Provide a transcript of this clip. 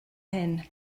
hyn